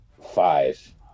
Five